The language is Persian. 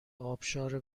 ابشار